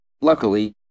Luckily